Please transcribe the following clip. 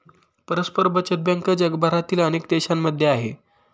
परस्पर बचत बँक जगभरातील अनेक देशांमध्ये आहे